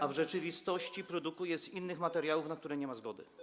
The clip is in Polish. a w rzeczywistości produkuje z innych materiałów, na które nie ma zgody.